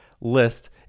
list